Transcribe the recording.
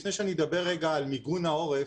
לפני שאני אדבר רגע על מיגון העורף,